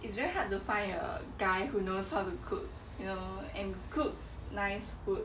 it's very hard to find a guy who knows how to cook you know and cooks nice food